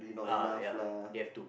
ah ya you have to